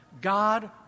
God